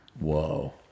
Whoa